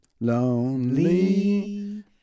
Lonely